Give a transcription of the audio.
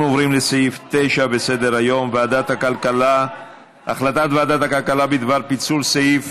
אנחנו עוברים לסעיף 9 בסדר-היום: החלטת ועדת הכלכלה בדבר פיצול סעיף